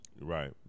Right